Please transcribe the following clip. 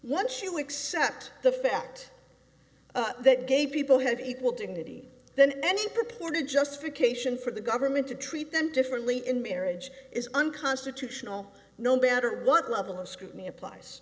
she would accept the fact that gay people have equal dignity than any purported justification for the government to treat them differently in marriage is unconstitutional no matter what level of scrutiny applies